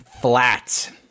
Flat